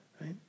Right